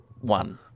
one